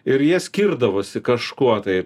ir jie skirdavosi kažkuo tai